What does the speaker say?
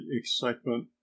excitement